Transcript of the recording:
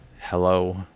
Hello